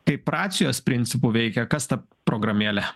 kaip racijos principu veikia kas ta programėle